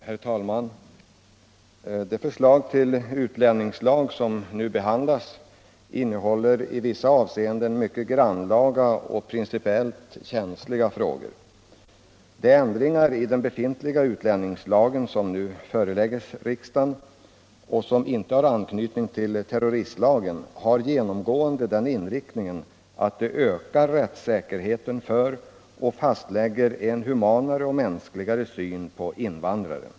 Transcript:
Herr talman! Det förslag till utlänningslag som nu behandlas innehåller i vissa avseenden mycket grannlaga och principiellt känsliga frågor. De ändringar i den befintliga utlänningslagen som nu föreläggs riksdagen och som inte har anknytning till terroristlagen har genomgående den inriktningen att de ökar rättssäkerheten för och fastlägger en humanare syn på invandraren.